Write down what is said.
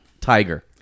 Tiger